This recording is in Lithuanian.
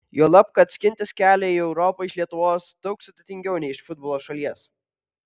juolab kad skintis kelią į europą iš lietuvos daug sudėtingiau nei iš futbolo šalies